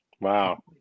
wow